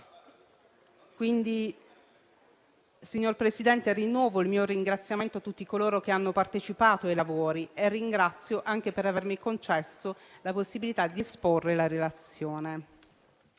Signor Presidente, rinnovo il mio ringraziamento a tutti coloro che hanno partecipato ai lavori e ringrazio anche per avermi concesso la possibilità di esporre la relazione.